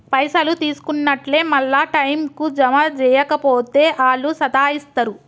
పైసలు తీసుకున్నట్లే మళ్ల టైంకు జమ జేయక పోతే ఆళ్లు సతాయిస్తరు